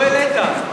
לא העלית.